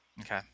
Okay